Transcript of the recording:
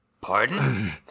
Pardon